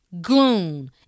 gloom